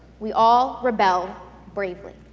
we all rebel bravely.